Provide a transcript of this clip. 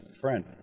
friend